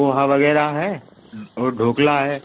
पोहा वगैरह है और ढोकला है